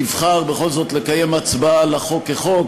תבחר בכל זאת לקיים הצבעה על החוק כחוק,